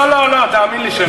לא, לא, לא, תאמין לי שלא.